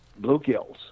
bluegills